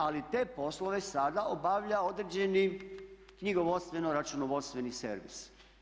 Ali te poslove sada obavlja određeni knjigovodstveno-računovodstveni servis.